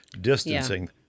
distancing